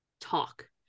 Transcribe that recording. talk